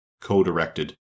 co-directed